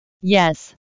Yes